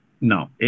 no